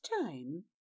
time